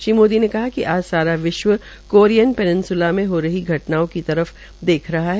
श्री मोदी ने कहा कि आज सारा विश्व कोरियन पैननस्ला में हो रही घटनाओं की तर फ देख रहा है